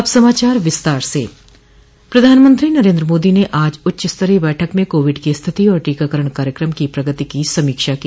अब समाचार विस्तार से प्रधानमंत्री नरेन्द्र मोदी ने आज उच्च स्तरीय बैठक में कोविड की स्थिति और टीकाकरण कार्यक्रम की प्रगति की समीक्षा की